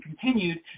continued